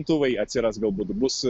imtuvai atsiras galbūt bus